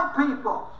people